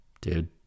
dude